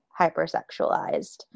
hypersexualized